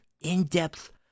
in-depth